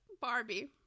Barbie